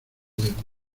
desnudo